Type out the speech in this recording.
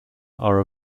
are